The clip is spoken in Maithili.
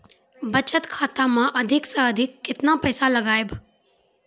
बचत खाता मे अधिक से अधिक केतना पैसा लगाय ब?